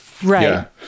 Right